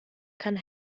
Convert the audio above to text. kann